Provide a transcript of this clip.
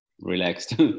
relaxed